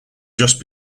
just